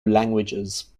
languages